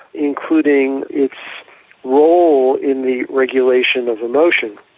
including its role in the regulation of emotion.